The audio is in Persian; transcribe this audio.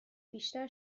بیشتر